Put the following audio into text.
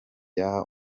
yaha